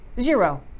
Zero